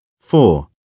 Four